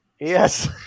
Yes